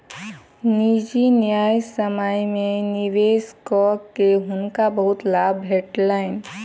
निजी न्यायसम्य में निवेश कअ के हुनका बहुत लाभ भेटलैन